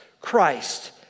Christ